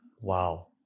Wow